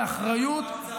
באחריות,